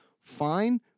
fine